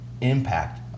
impact